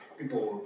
people